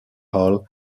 hall